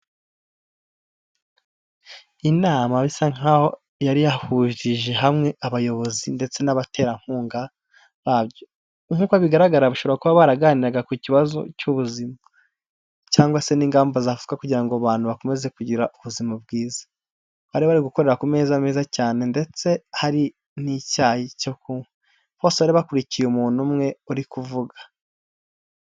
Inama bisa nkaho yari yahurije hamwe abayobozi ndetse n'abaterankunga bayo. Nk'uko bigaragara, bashobora kuba baraganiraga ku kibazo cy'ubuzima cyangwa se n'ingamba zafatwa kugira ngo abantu bakomeze kugira ubuzima bwiza. Bari bari gukorera ku meza meza cyane ndetse hari n'icyayi cyo kunywa. Bose bari bakurikiye umuntu umwe uri kuvuga.